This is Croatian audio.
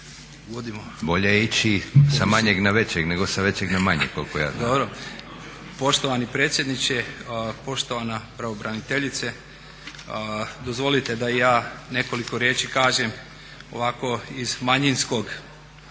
koliko ja znam. **Juhas, Šandor (Nezavisni)** Dobro. Poštovani predsjedniče, poštovana pravobraniteljice. Dozvolite da i ja nekoliko riječi kažem ovako iz manjinskog